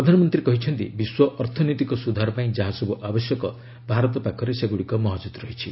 ପ୍ରଧାନମନ୍ତ୍ରୀ କହିଛନ୍ତି ବିଶ୍ୱ ଅର୍ଥନୈତିକ ସୁଧାର ପାଇଁ ଯାହାସବୁ ଆବଶ୍ୟକ ଭାରତ ପାଖରେ ସେଗୁଡ଼ିକ ମହଜୁଦ ରହିଛି